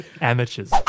Amateurs